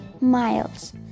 miles